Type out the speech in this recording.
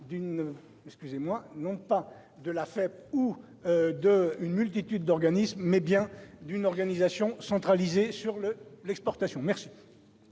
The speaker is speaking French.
non pas de la fête ou de une multitude d'organismes mais bien d'une organisation centralisée sur l'exportation, merci.